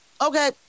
Okay